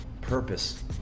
purpose